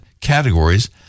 categories